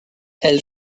elle